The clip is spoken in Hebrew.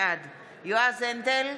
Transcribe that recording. בעד יועז הנדל,